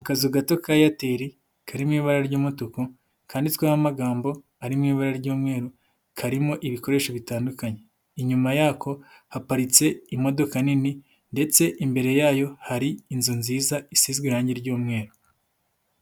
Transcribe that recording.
Akazu gato ka Airtel karimo ibara ry'umutuku kanditsweho amagambo ari mu ibara ry'umweru, karimo ibikoresho bitandukanye, inyuma yako haparitse imodoka nini ndetse imbere yayo hari inzu nziza isizwe irangi ry'umweru.